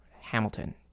Hamilton